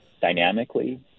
dynamically